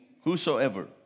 Whosoever